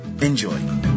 Enjoy